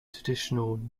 traditional